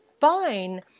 fine